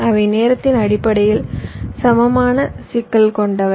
அவை நேரத்தின் அடிப்படையில் சமமான சிக்கல் கொண்டவை